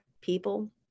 people